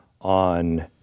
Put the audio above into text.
on